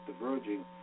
diverging